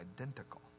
identical